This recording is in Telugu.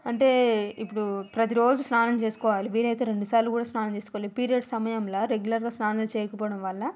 అంటే ఇప్పుడూ ప్రతిరోజు స్నానం చేసుకోవాలి వీలయితే రెండు సార్లు కూడా స్నానం చేసుకోవాలి పీరియడ్ సమయంలో రెగ్యులర్గా స్నానం చేయకపోవడం వల్ల